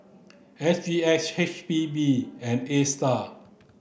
S G X H P B and ASTAR